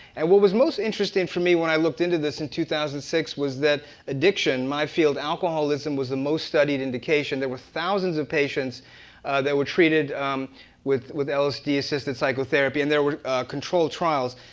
and what was most interesting for me when i looked into this in two thousand and six was that addiction, my field, alcoholism was the most studied indication. there were thousands of patients that were treated with with lsd-assisted psychotherapy and there were controlled trials.